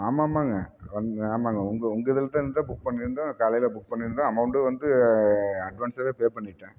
ஆமாமாங்க வந் ஆமாங்க உங்கள் உங்கள் இதில் தான் புக் பண்ணியிருந்தோம் காலையில் புக் பண்ணியிருந்தோம் அமௌண்ட்டு வந்து அட்வான்ஸாகவே பே பண்ணிட்டேன்